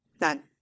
None